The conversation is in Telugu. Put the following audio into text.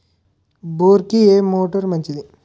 బోరుకి ఏ మోటారు మంచిది?